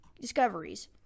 discoveries